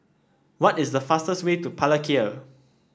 what is the fastest way to Palikir